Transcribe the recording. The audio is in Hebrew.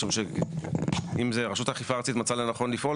כי אם רשות אכיפה ארצית מצאה לנכון לפעול